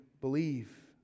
believe